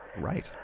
Right